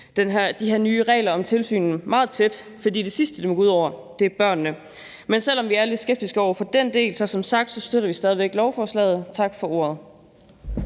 de her nye regler om tilsyn meget tæt, for de sidste, det må gå ud over, er børnene. Men selv om vi er lidt skeptiske over for den del, støtter vi som sagt stadig væk lovforslaget. Tak for ordet.